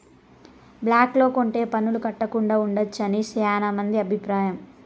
black లో కొంటె పన్నులు కట్టకుండా ఉండొచ్చు అని శ్యానా మంది అభిప్రాయం